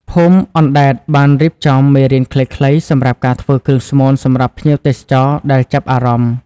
ភូមិអណ្ដែតបានរៀបចំ មេរៀនខ្លីៗ សម្រាប់ការធ្វើគ្រឿងស្មូនសម្រាប់ភ្ញៀវទេសចរដែលចាប់អារម្មណ៍។